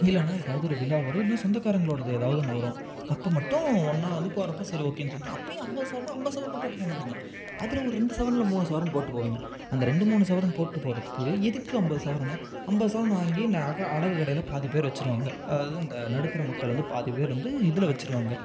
இல்லைனா ஏதாவது ஒரு விழா வரும் இல்லைனா சொந்தக்காரங்களோடது ஏதாவது ஒன்று வரும் அப்போ மட்டும் ஒன்றா வந்து போகிறப்ப சரி ஓகேன்னு சொல்லிட்டு அப்பையும் ஐம்பது சவரன்னால் ஐம்பது சவரனும் போட்டுகிட்டு போக மாட்டீங்க அதில் ஒரு ரெண்டு சவரன் இல்லை மூணு சவரன் போட்டுகிட்டு போவிங்க அந்த ரெண்டு மூணு சவரன் போட்டு போகிறதுக்கு எதுக்கு ஐம்பது சவரன் ஐம்பது சவரன் வாங்கி நகை அடகு கடையில் பாதி பேர் வச்சுருவாங்க அதாவது இந்த நடுத்தர மக்கள் வந்து பாதி பேர் வந்து இதில் வச்சுருவாங்க